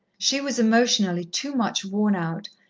she was emotionally too much worn-out,